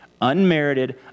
Unmerited